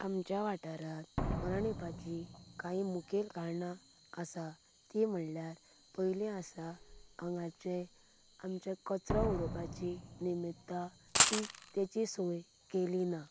आमच्या वाठारांत मरण येवपाचीं काही मुखेल कारणां आसात तीं म्हणल्यार पयलें आसा हांगाचें आमचें कचरो उडोवपाची निमित्ता ती ताची सोय केल्ली ना